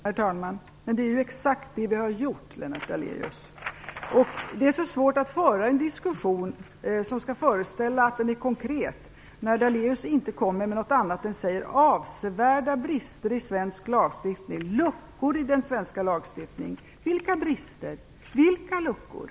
Herr talman! Det är exakt det vi har gjort, Lennart Daléus. Det är svårt att föra en diskussion som skall föreställa konkret när Daléus inte talar om annat än avsevärda brister och luckor i svensk lagstiftning. Vilka är bristerna och luckorna?